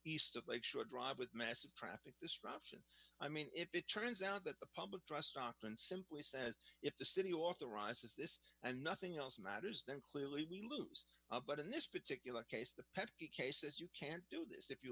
east of lake shore drive with massive traffic disruption i mean if it turns out that the public trust auckland simply says if the city authorizes this and nothing else matters then clearly we lose but in this particular case the petty cases you can't do this if you